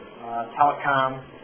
telecom